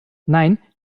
nein